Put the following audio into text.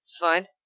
Fine